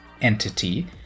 entity